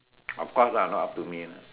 of course lah not up to me